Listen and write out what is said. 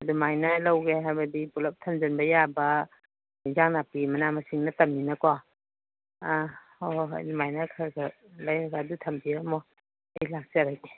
ꯑꯗꯨꯃꯥꯏꯅ ꯂꯧꯒꯦ ꯍꯥꯏꯕꯗꯤ ꯄꯨꯂꯞ ꯊꯝꯖꯟꯕ ꯌꯥꯕ ꯌꯦꯟꯁꯥꯡ ꯅꯥꯄꯤ ꯃꯅꯥ ꯃꯁꯤꯡ ꯅꯠꯇꯃꯤꯅꯀꯣ ꯑꯥ ꯍꯣꯏ ꯍꯣꯏ ꯑꯗꯨꯃꯥꯏꯅ ꯈꯔ ꯈꯔ ꯂꯩꯔꯒ ꯑꯗꯨ ꯊꯝꯕꯤꯔꯝꯃꯣ ꯑꯩ ꯂꯥꯛꯆꯔꯒꯦ